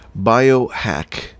biohack